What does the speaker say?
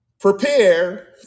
Prepare